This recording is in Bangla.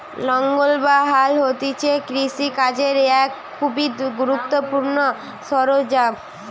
লাঙ্গল বা হাল হতিছে কৃষি কাজের এক খুবই গুরুত্বপূর্ণ সরঞ্জাম